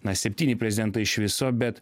na septyni prezidentai iš viso bet